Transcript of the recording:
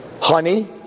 honey